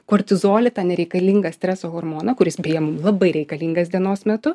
kortizolį tą nereikalingą streso hormoną kuris jiem labai reikalingas dienos metu